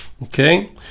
Okay